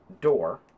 door